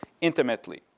intimately